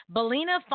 Belina